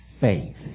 faith